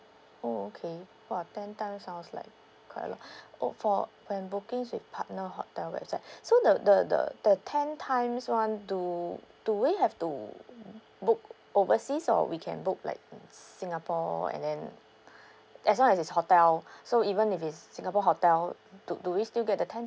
oh okay !wah! ten times sounds like quite a lot oh for when bookings with partner hotel website so the the the the ten times one do do we have to book overseas or we can book like singapore and then as long as it's hotel so even if it's singapore hotel do do we still get the ten